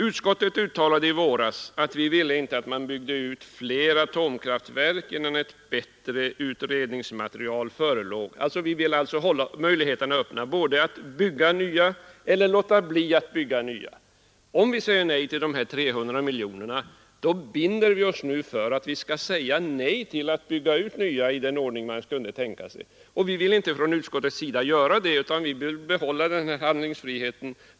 Utskottet uttalade i våras att vi inte ville bygga ut fler atomkraftverk innan ett bättre utredningsmaterial föreslåg. Vi vill hålla möjligheterna öppna att kunna bygga nya atomkraftverk och att låta bli. Om vi säger nej till de 300 miljonerna binder vi oss också för att säga nej till utbyggandet av nya atomkraftverk. Vi vill inte från utskottets sida binda oss så, utan vi vill behålla handlingsfriheten.